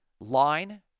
line